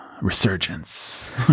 Resurgence